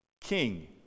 King